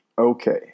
Okay